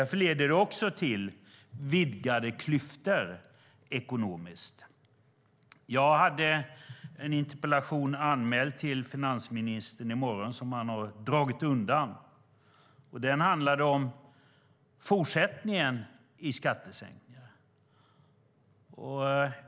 Därför leder den också till vidgade ekonomiska klyftor. Jag hade en interpellation anmäld till finansministern i morgon som han har dragit undan. Den handlade om fortsättningen i skattesänkningarna.